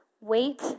Wait